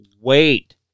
wait